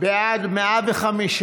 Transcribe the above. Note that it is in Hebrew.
העשרים-וארבע,